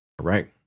Right